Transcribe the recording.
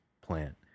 plant